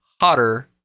hotter